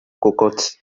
cocotte